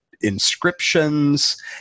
inscriptions